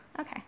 Okay